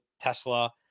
Tesla